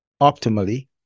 optimally